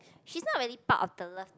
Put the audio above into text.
she's not really part of the love